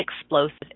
explosive